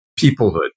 peoplehood